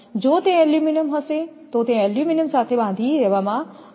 જો તે એલ્યુમિનિયમ હશે તો તે એલ્યુમિનિયમ સાથે બાંધી દેવામાં આવશે